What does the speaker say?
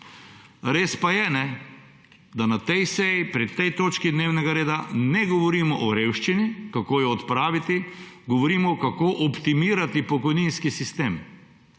Res pa je, da na tej seji, pri tej točki dnevnega reda ne govorimo o revščini, kako jo odpravimo, govorimo, kako optimizirati pokojninski sistem.